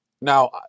Now